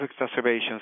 exacerbations